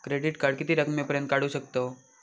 Credit card किती रकमेपर्यंत काढू शकतव?